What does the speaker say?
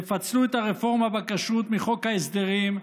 תפצלו את הרפורמה בכשרות מחוק ההסדרים.